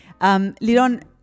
Liron